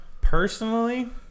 Personally